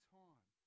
time